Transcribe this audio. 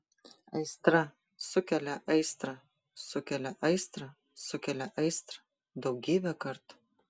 aistra sukelia aistrą sukelia aistrą sukelia aistrą daugybę kartų